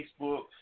Facebook